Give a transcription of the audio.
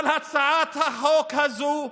אבל הצעת החוק הזו,